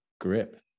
grip